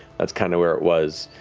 that's kind of where it was.